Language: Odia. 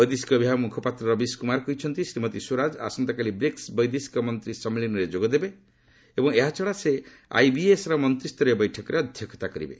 ବୈଦେଶିକ ବିଭାଗ ମୁଖପାତ୍ର ରବୀଶ କୁମାର କହିଛନ୍ତି ଶ୍ରୀମତୀ ସ୍ୱରାଜ ଆସନ୍ତାକାଲି ବ୍ରିକ୍ସ ବୈଦେଶିକ ମନ୍ତ୍ରୀ ସମ୍ମିଳନୀରେ ଯୋଗଦେବେ ଏବଂ ଏହାଛଡ଼ା ସେ ଆଇବିଏସ୍ଏ ମନ୍ତ୍ରୀୟ ବୈଠକରେ ଅଧ୍ୟକ୍ଷତା କରିବେ